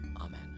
Amen